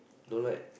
don't like